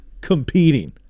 competing